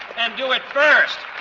and do it first,